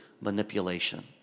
manipulation